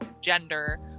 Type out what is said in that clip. gender